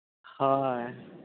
ᱦᱳᱭ